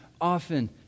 often